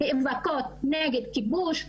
נאבקות נגד כיבוש,